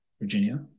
Virginia